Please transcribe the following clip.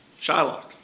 Shylock